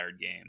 game